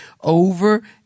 over